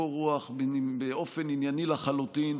בקור רוח ובאופן ענייני לחלוטין,